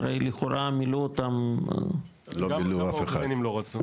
הרי לכאורה, מילאו אותם --- לא מילאו אף אחד.